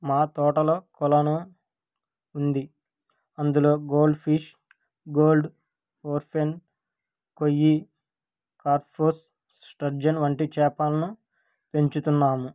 మా తోటలో కొలను ఉంది అందులో goldfish golden orfe koi carps sturgeon వంటి చేపలను పెంచుతున్నాము